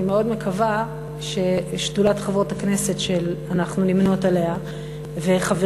אני מאוד מקווה ששדולת חברות הכנסת שאנחנו נמנות עִמה וחברים